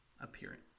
Appearance